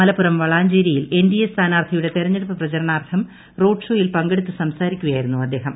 മലപ്പുറം വളാഞ്ചേരിയിൽ എൻഡിഎ സ്ഥാനാർഥിയുടെ തെരഞ്ഞെടുപ്പ് പ്രചരണാർത്ഥം റോഡ്ഷോ യിൽ പങ്കെടുത്ത് സംസാരിക്കുകയായിരുന്നു അദ്ദേഹം